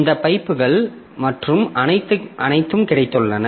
இந்த பைப்புகள் மற்றும் அனைத்தும் கிடைத்தன